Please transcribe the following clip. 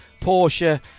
Porsche